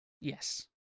Yes